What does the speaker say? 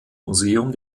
museum